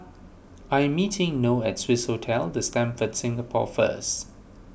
I'm meeting Noe at Swissotel the Stamford Singapore first